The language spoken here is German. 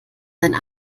deinen